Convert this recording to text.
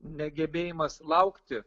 negebėjimas laukti